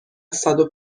صدو